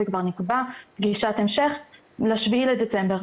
וכבר נקבעה פגישת המשך לשבעה בדצמבר.